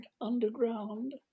underground